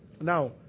Now